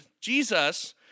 Jesus